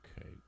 Okay